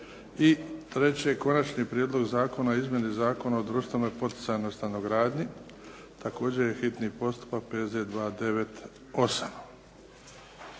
3. Konačni prijedlog zakona o Izmjeni zakona o društveno poticajnoj stanogradnji, bio je hitni postupak, P.Z.